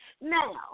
Now